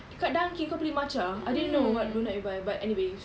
dekat Dunkin' kau beli matcha I didn't know what doughnuts you buy but anyways